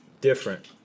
different